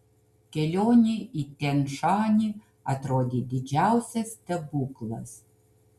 kelionė į tian šanį atrodė didžiausias stebuklas